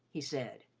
he said.